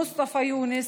מוסטפא יונס,